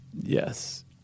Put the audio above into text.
Yes